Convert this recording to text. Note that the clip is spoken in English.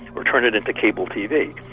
or turn it into cable tv.